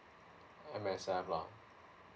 M_S_F lah